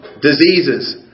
diseases